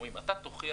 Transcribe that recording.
אומרים, אתה תוכיח